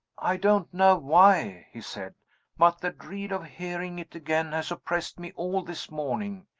i don't know why, he said but the dread of hearing it again has oppressed me all this morning.